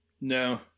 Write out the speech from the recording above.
No